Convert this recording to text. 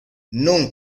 non